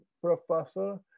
professor